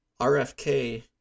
RFK